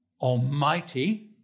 Almighty